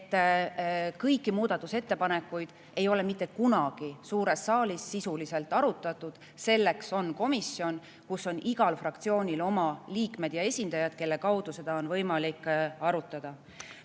et kõiki muudatusettepanekuid ei ole mitte kunagi suures saalis sisuliselt arutatud. Selleks on komisjon, kus on igal fraktsioonil oma liikmed ja esindajad, kelle kaudu seda on võimalik